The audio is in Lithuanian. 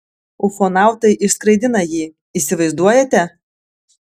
ufonautai išskraidina jį įsivaizduojate